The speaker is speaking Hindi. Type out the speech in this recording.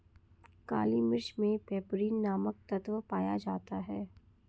काली मिर्च मे पैपरीन नामक तत्व पाया जाता है